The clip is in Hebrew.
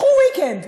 קחו weekend,